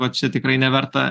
va čia tikrai neverta